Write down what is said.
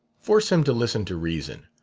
force him to listen to reason.